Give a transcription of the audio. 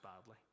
badly